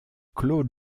claude